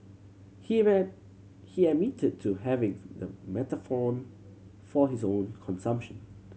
he he admitted to having the methadone for his own consumption